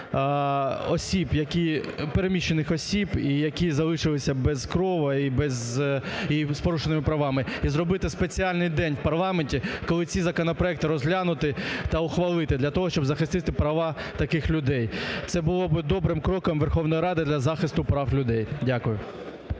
переміщених осіб і, які залишилися без крову і без… і з порушеними правами, і зробити спеціальний день в парламенті, коли ці законопроекти розглянути та ухвалити для того, щоб захистити права таких людей. Це було би добрим кроком Верховної Ради для захисту прав людей. Дякую.